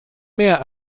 mehr